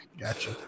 gotcha